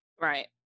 right